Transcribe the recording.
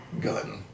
gun